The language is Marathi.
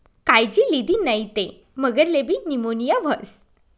कायजी लिदी नै ते मगरलेबी नीमोनीया व्हस